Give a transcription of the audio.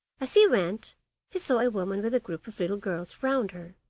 as he went he saw a woman with a group of little girls round her,